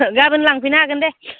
गाबोन लांफैनो हागोन दे